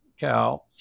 cow